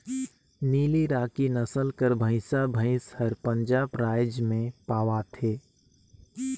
नीली राकी नसल कर भंइसा भंइस हर पंजाब राएज में पवाथे